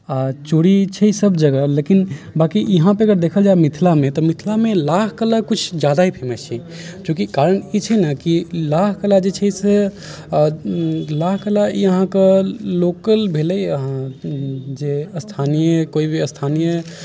आ चूड़ी छै सब जगह लेकिन बाँकी यहाँ पर अगर देखल जाय मिथिलामे तऽ मिथिलामे लाह कला किछु जादा ही फेमस छै चूँकि कारण ई छै ने कि लाह कला जे छै से लाह कला ई अहाँकेँ लोकल भेलै जे स्थानीय कोइ भी स्थानीय